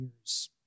years